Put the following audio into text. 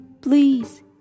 Please